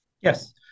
Yes